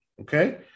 Okay